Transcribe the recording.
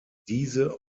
diese